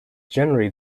generally